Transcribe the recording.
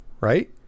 right